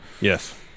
Yes